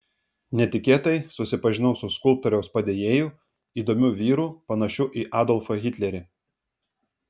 netikėtai susipažinau su skulptoriaus padėjėju įdomiu vyru panašiu į adolfą hitlerį